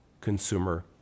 consumer